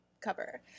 cover